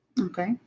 Okay